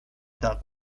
tak